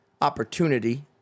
opportunity